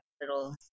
little